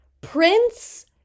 Prince